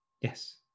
yes